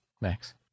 Max